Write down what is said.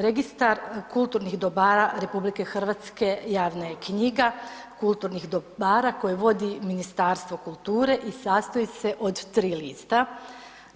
Registar kulturnih dobara RH javna je knjiga kulturnih dobara, koju vodi Ministarstvo kulture i sastoji se od 3 lista,